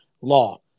law